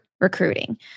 recruiting